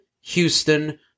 Houston